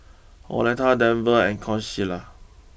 Oleta Denver and Consuela